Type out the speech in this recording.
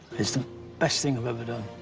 it's the best thing i've ever done.